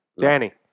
Danny